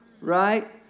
right